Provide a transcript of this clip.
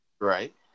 Right